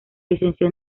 licenció